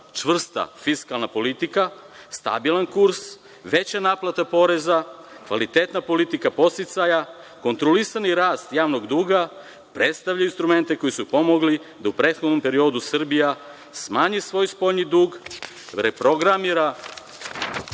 čvrsta fiskalna politika, stabilan kurs, veća naplata poreza, kvalitetna politika podsticaja, kontrolisani rast javnog duga, predstavljaju instrumente koji su pomogli da u prethodnom periodu Srbija smanji svoj spoljni dug, reprogramira